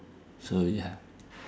so ya